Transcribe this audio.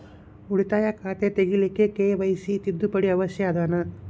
ಉಳಿತಾಯ ಖಾತೆ ತೆರಿಲಿಕ್ಕೆ ಕೆ.ವೈ.ಸಿ ತಿದ್ದುಪಡಿ ಅವಶ್ಯ ಅದನಾ?